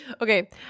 okay